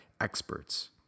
experts